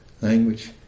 Language